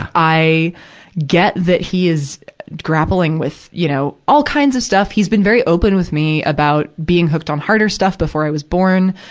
ah i get that he is grappling with, you know, all kinds of stuff. he's been very open with me about being hooked on harder stuff before i was born,